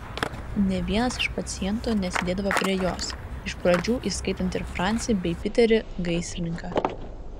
nė vienas iš pacientų nesėdėdavo prie jos iš pradžių įskaitant ir francį bei piterį gaisrininką